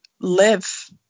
live